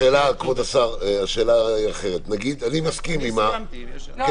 אני מסכים, אני